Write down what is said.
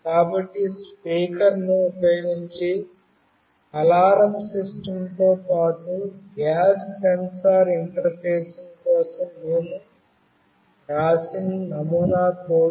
కాబట్టి స్పీకర్ను ఉపయోగించి అలారం సిస్టమ్తో పాటు గ్యాస్ సెన్సార్ ఇంటర్ఫేసింగ్ కోసం మేము రాసిన నమూనా కోడ్ ఇది